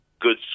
good